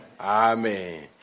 Amen